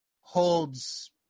holds